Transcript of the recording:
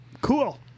Cool